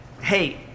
Hey